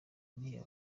ari